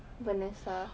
vanessa